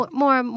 more